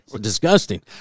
Disgusting